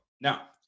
Now